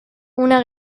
una